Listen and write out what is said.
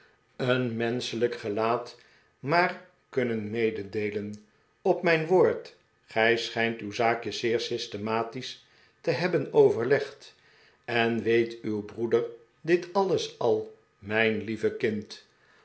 een menschelijk gelaat maar kunnen mededeelen op mijn woord gij schijnt uw zaakjes zeer systematisch te hebben overlegd en weet uw broeder dit alles al mijn lieve kind